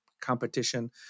competition